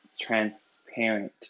transparent